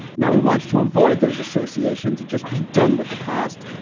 now he wants to avoid those associations and just be done with the past.